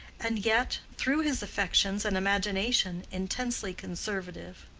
and yet, through his affections and imagination, intensely conservative